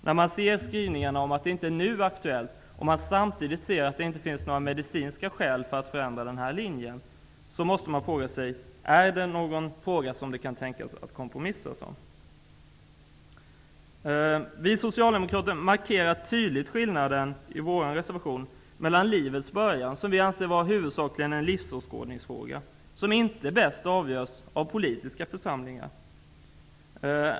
När man läser skrivningarna om att det inte nu är aktuellt att se över abortlagstiftningen, samtidigt som man ser att det inte finns några medicinska skäl att förändra denna linje, frågar man sig om detta är en fråga det kan tänkas kompromissas om. Vi socialdemokrater markerar i vår reservation tydligt en skillnad. Frågan om livets början anser vi huvudsakligen vara en livsåskådningsfråga, som inte bäst avgörs av politiska församlingar.